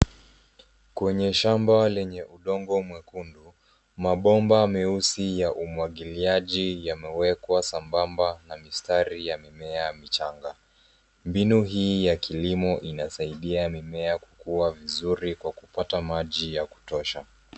Kwenye shamba lenye udongo mwekundu, mabomba meusi ya umwagiiaji yamewekwa sambamba na mistari ya mimea michanga. Mbinu hii ya kilimo inasaidia mimea kukua vizuri kwa kupata maji ya kutosha.